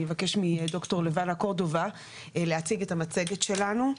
אבקש מד"ר לבנה קורדובה להציג את המצגת שלנו.